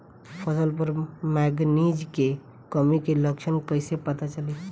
फसल पर मैगनीज के कमी के लक्षण कईसे पता चली?